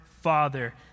father